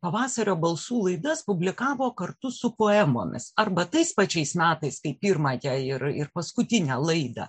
pavasario balsų laidas publikavo kartu su poemomis arba tais pačiais metais kaip pirmąją ir ir paskutinę laidą